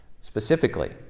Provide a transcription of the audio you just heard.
specifically